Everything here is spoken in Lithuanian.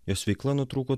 jos veikla nutrūko